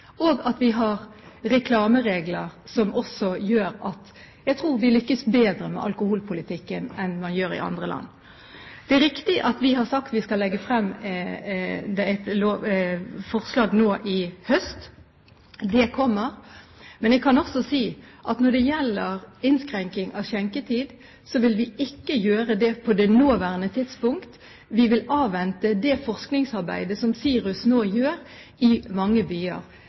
og at vi har reklameregler som også gjør at jeg tror vi lykkes bedre med alkoholpolitikken enn man gjør i andre land. Det er riktig at vi har sagt at vi skal legge frem et forslag nå i høst. Det kommer. Men jeg kan også si at når det gjelder innskrenking i skjenketiden, vil vi ikke gjøre det på det nåværende tidspunkt. Vi vil avvente det forskningsarbeidet som SIRUS nå gjør i mange byer,